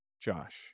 Josh